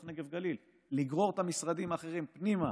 הנגב והגליל: לגרור את המשרדים האחרים פנימה